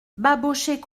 babochet